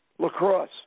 Lacrosse